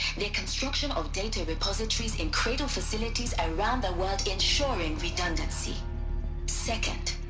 the construction of data repositories in cradle facilities around the world, ensuring redundancy second.